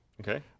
Okay